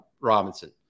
Robinson